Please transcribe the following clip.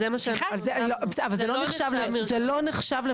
זה לא נחשב.